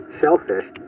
shellfish